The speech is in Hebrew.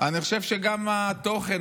אני חושב שגם התוכן,